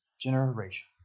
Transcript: generation